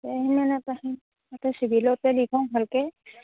এই সেনেকে চিভিলতে দেখাও ভালকৈ